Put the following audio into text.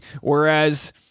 whereas